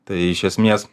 tai iš esmės